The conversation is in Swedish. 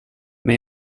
men